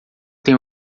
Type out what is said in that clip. tem